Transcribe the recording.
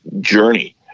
journey